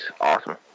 awesome